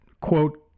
quote